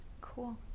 cool